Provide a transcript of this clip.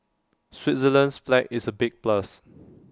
Switzerland's flag is A big plus